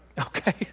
Okay